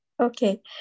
Okay